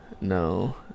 No